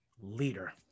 leader